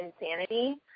insanity